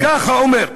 כך הוא אומר.